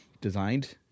designed